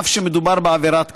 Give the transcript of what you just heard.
אף שמדובר בעבירת קנס,